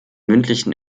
mündlichen